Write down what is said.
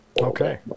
Okay